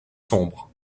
sombres